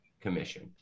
commission